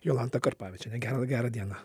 jolanta karpavičienė gerą gerą dieną